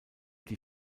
die